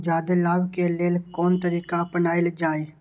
जादे लाभ के लेल कोन तरीका अपनायल जाय?